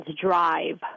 drive